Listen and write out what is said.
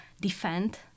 defend